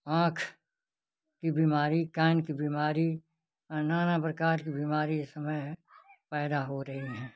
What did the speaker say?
आँख की बीमारी कान की बीमारी और नाना प्रकार की बीमारी इस समय पैदा हो रही हैं